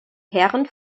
herren